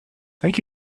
thank